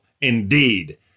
indeed